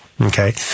Okay